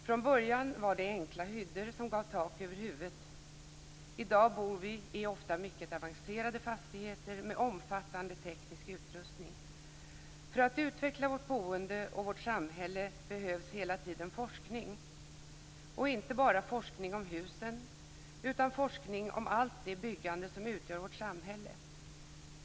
Från början var det enkla hyddor som gav tak över huvudet; i dag bor vi i ofta mycket avancerade fastigheter med omfattande teknisk utrustning. För att utveckla vårt boende och vårt samhälle behövs hela tiden forskning - inte bara forskning om husen utan forskning om allt det byggande som utgör vårt samhälle.